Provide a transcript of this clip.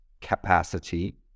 capacity